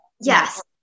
yes